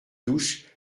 douche